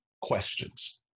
questions